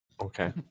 Okay